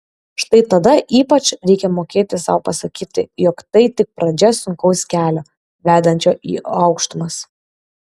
štai tada ypač reikia mokėti sau pasakyti jog tai tik pradžia sunkaus kelio vedančio į aukštumas